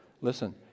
Listen